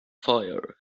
fire